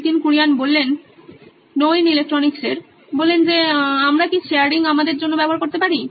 নীতিন কুরিয়ান সি ও নোইন ইলেকট্রনিক্স আমরা কি শেয়ারিং আমাদের জন্য ব্যবহার করতে পারি